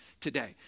today